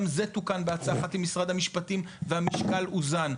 גם זה תוקן בעצה אחת עם משרד המשפטים והמשקל אוזן,